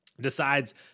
decides